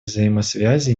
взаимосвязи